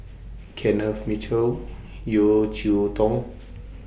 Kenneth Mitchell Yeo Cheow Tong